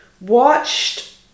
watched